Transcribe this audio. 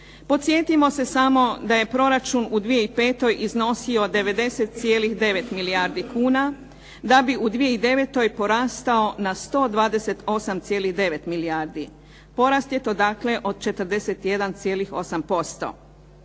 Podsjetimo se samo da je proračun u 2005. iznosio 90,9 milijardi kuna da bi u 2009. porastao na 128,9 milijardi. Porast je to dakle od 41,8%.